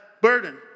Burden